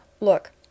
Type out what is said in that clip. look